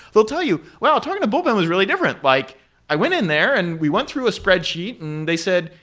they'll tell you, well, talking to bullpen was really different. like i went in there and we went through a spreadsheet and they said,